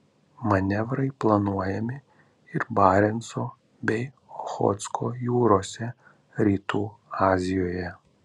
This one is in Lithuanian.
manevrai planuojami ir barenco bei ochotsko jūrose rytų azijoje